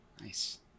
Nice